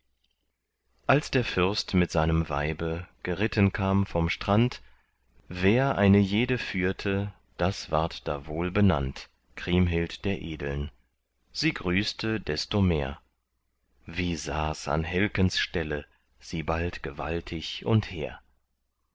als der fürst mit seinem weibe geritten kam vom strand wer eine jede führte das ward da wohl benannt kriemhild der edeln sie grüßte desto mehr wie saß an helkens stelle sie bald gewaltig und hehr